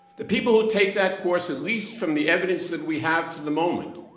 the people who take that course at least from the evidence that we have to the moment,